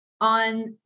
on